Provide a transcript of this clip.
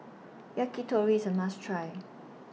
Yakitori IS A must Try